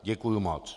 Děkuji moc.